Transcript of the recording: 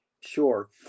Sure